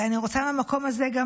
אני רוצה גם להצדיע